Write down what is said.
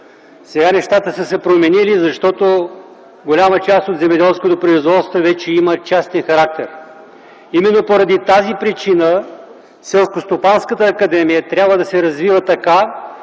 Сега нещата са се променили, защото голяма част от земеделското производство вече има частен характер. Именно поради тази причина Селскостопанската